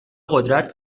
قدرت